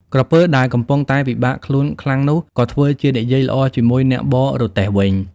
ក្រពើដែលកំពុងតែពិបាកខ្លួនខ្លាំងនោះ ក៏ធ្វើជានិយាយល្អជាមួយអ្នកបរទេះវិញ។